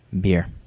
beer